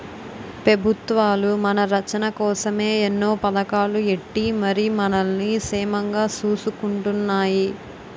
పెబుత్వాలు మన రచ్చన కోసమే ఎన్నో పదకాలు ఎట్టి మరి మనల్ని సేమంగా సూసుకుంటున్నాయి